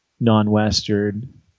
non-Western